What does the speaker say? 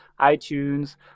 iTunes